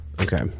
Okay